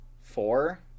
four